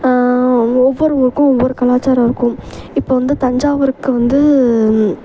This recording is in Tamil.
ஒவ்வொருவருக்கும் ஒவ்வொரு கலாச்சாரம் இருக்கும் இப்போ வந்து தஞ்சாவூருக்கு வந்து